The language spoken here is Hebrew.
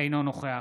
אינו נוכח